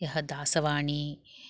यः दासवाणी